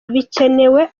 bikenewe